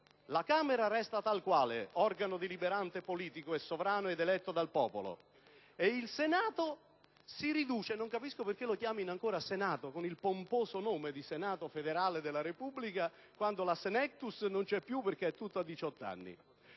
La Camera resta tal quale, organo deliberante politico e sovrano eletto dal popolo, il Senato si riduce. Non capisco poi perché lo chiamino ancora con il pomposo nome di Senato federale della Repubblica, quando la *senectus* non c'è più (perché i suoi membri